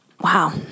wow